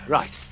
Right